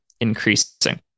increasing